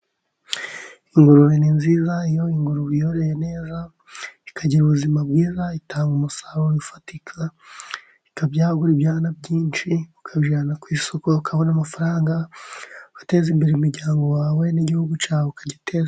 Ingurube ni nziza, iyo ingurube uyoroye neza ikagira ubuzima bwiza, itanga umusaruro ufatika, ikabyagura ibyana byinshi, ukabijyana ku isoko, ukabona amafaranga, ugateza imbere umuryango wawe, n'igihugu cyawe ukagiteza imbere.